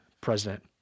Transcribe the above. president